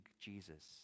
Jesus